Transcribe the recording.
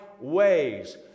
ways